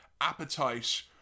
appetite